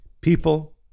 People